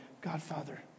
Godfather